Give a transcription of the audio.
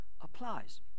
applies